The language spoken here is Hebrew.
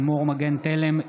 לימור מגן תלם,